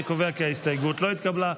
אני קובע כי ההסתייגות לא התקבלה.